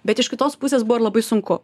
bet iš kitos pusės buvo ir labai sunku